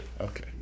Okay